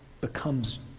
becomes